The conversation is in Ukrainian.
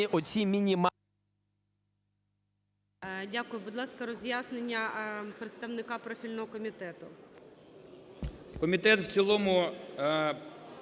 Дякую. Будь ласка, роз'яснення представника профільного комітету.